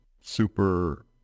super